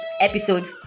episode